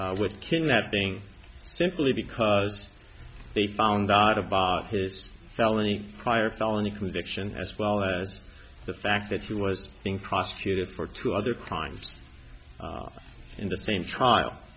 opponents with kidnapping simply because they found out of his felony prior felony conviction as well as the fact that he was being prosecuted for two other crimes in the same trial